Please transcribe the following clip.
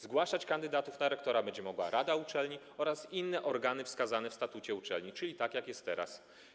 Zgłaszać kandydatów na rektora będą mogły rada uczelni oraz inne organy wskazane w statucie uczelni, tak jak jest teraz.